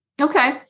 Okay